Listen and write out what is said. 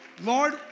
Lord